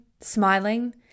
smiling